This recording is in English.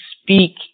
speak